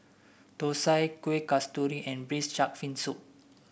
thosai Kuih Kasturi and Braised Shark Fin Soup